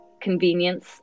convenience